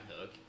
hook